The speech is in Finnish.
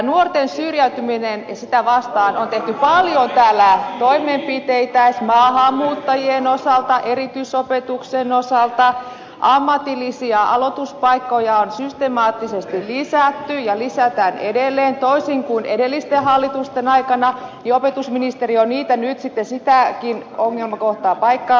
nuorten syrjäytymistä vastaan on tehty paljon täällä toimenpiteitä esimerkiksi maahanmuuttajien osalta erityisopetuksen osalta ammatillisia aloituspaikkoja on systemaattisesti lisätty ja lisätään edelleen toisin kuin edellisten hallitusten aikana ja opetusministeri on nyt sitten sitäkin ongelmakohtaa paikkaamassa